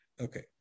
Okay